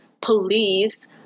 police